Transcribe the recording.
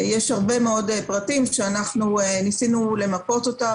יש הרבה פרטים שניסינו למפות אותם,